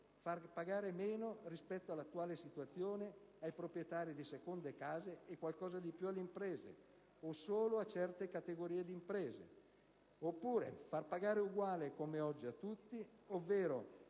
far pagare meno, rispetto all'attuale situazione, i proprietari di seconde case e qualcosa in più alle imprese o solo a certe categorie di imprese; far pagare uguale, come oggi, a tutti; far